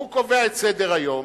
שהוא שקובע את סדר-היום,